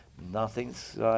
nothing's